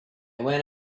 went